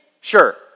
Sure